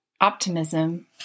Optimism